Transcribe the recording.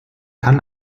kann